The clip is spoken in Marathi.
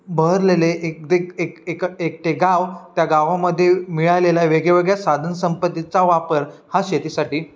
बहरलेले एकटे एक एक एकटे गाव त्या गावामध्ये मिळालेल्या वेगवेगळ्या साधनसंपत्तीचा वापर हा शेतीसाठी